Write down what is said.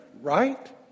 right